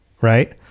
right